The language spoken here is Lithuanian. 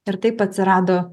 ir taip atsirado